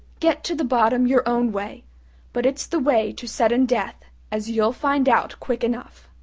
get to the bottom your own way but it's the way to sudden death, as you'll find out quick enough.